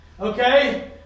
Okay